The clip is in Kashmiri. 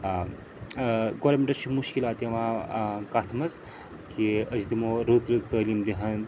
ٲں گورمِنٹَس چھِ مشکلات یِوان ٲں کَتھ منٛز کہِ أسۍ دِمو رٕژ رٕژ تعلیٖم دی ہان